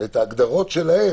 ההגדרות שלהם.